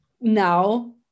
now